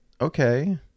okay